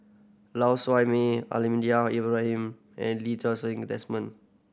Lau Siew Mei Almahdi Al Ibrahim and Lee Ti Seng Desmond